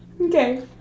Okay